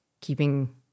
keeping